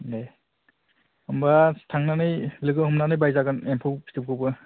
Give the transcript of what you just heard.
दे होनबा थांनानै लोगो हमनानै बायजागोन एम्फौ फिथोबखौबो